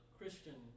Christian